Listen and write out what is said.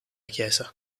chiesa